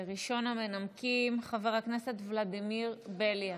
ראשון המנמקים, חבר הכנסת ולדימיר בליאק,